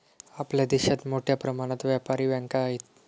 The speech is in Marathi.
आपल्या देशात मोठ्या प्रमाणात व्यापारी बँका आहेत